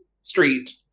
street